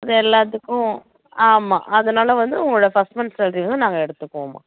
இது எல்லாத்துக்கும் ஆமாம் அதனால வந்து உங்களோட ஃபஸ்ட் மந்த் சாள்ரிய வந்து நாங்கள் எடுத்துக்குவோம்மா